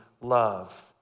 love